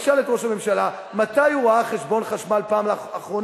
תשאל את ראש הממשלה מתי הוא ראה חשבון חשמל בפעם האחרונה,